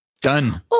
Done